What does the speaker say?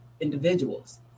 individuals